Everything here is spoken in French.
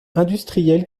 industriel